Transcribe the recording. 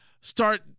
start